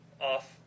off